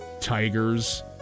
Tigers